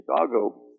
Chicago